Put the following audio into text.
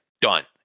Done